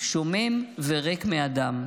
שומם וריק מאדם.